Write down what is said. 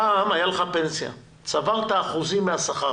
פעם צברת אחוזים מהשכר